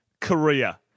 Korea